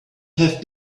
have